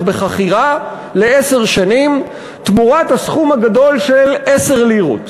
בחכירה לעשר שנים תמורת הסכום הגדול של 10 לירות.